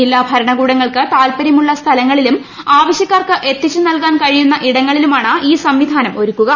ജില്ലാ ഭരണകൂടങ്ങൾക്ക് താത്പര്യമുള്ള സ്ഥലങ്ങളിലും ആവശ്യക്കാർക്ക് ഭക്ഷണം എത്തിച്ച് നൽകാൻ കഴിയുന്നിടങ്ങളിലുമാണ് ഈ സംവിധാനം ഒരുക്കുക